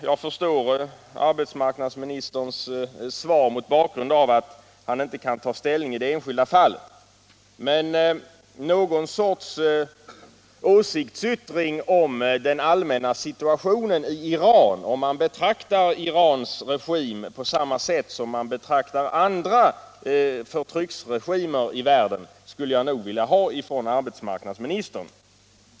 Jag förstår arbetsmarknadsministerns svar mot bakgrund av att han inte kan ta ställning i det enskilda fallet, men någon sorts åsiktsyttring om den allmänna situationen i Iran och om man betraktar Irans regim på samma sätt som man ser på andra förtryckarregimer skulle jag nog vilja ha från arbetsmarknadsministern.